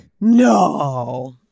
No